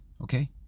okay